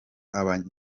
aba